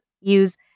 use